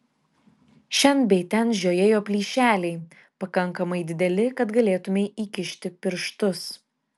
šen bei ten žiojėjo plyšeliai pakankamai dideli kad galėtumei įkišti pirštus